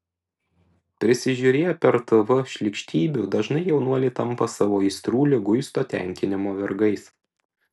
prisižiūrėję per tv šlykštybių dažnai jaunuoliai tampa savo aistrų liguisto tenkinimo vergais